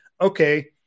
okay